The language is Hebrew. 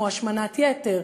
כמו השמנת יתר,